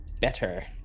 better